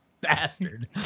bastard